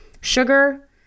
sugar